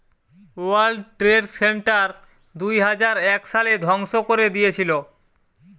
world trade center দুইহাজার এক সালে ধ্বংস করে দিয়েছিলো